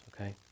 okay